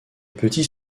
petits